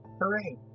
Hooray